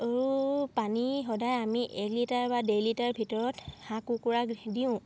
আৰু পানী সদায় আমি এক লিটাৰ বা ডেৰ লিটাৰ ভিতৰত হাঁহ কুকুৰাক দিওঁ